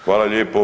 Hvala lijepo.